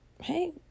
hey